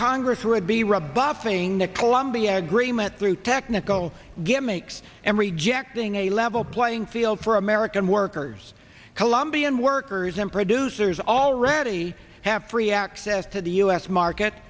congress would be rubber buffing the colombia agreement through technical gimmicks and rejecting a level playing field for american workers colombian workers and producers already have free access to the u s market